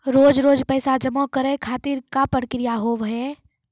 रोज रोज पैसा जमा करे खातिर का प्रक्रिया होव हेय?